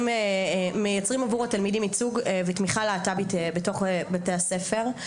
עבור התלמידים ייצוג ותמיכה להט"בית בתוך בתי הספר.